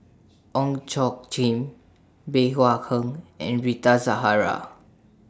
Ong Tjoe Chin Bey Hua Heng and Rita Zahara